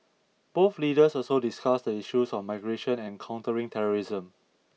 both leaders also discussed the issues of migration and countering terrorism